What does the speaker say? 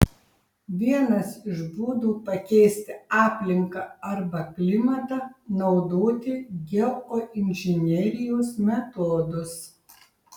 vienas iš būdų pakeisti aplinką arba klimatą naudoti geoinžinerijos metodus